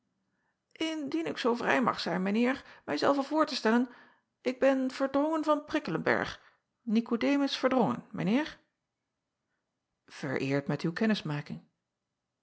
ndien ik zoo vrij mag zijn mijn eer mij zelven voor te stellen ik ben erdrongen van rikkelenberg ikodemus erdrongen mijn eer ereerd met uw